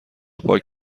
پاک